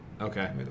Okay